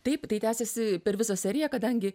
taip tai tęsiasi per visą seriją kadangi